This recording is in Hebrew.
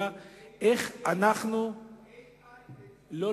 H1N1. לא,